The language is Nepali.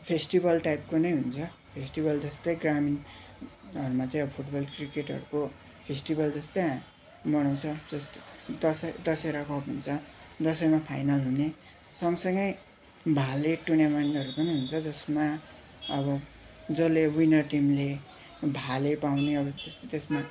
फेस्टिभल टाइपको नै हुन्छ फेस्टिभल जस्तै ग्रामीणहरूमा चाहिँ अब फुटबल क्रिकेटहरूको फेस्टिभल जस्तै हामी मनाउँछौँ दस दसहराको हुन्छ दसैँमा फाइनल हुने सँगसँगै भाले टुर्नामेन्टहरू पनि हुन्छ जसमा अब जसले विनर टिमले भाले पाउने अब त्यस्तो त्यसमा